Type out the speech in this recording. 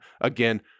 Again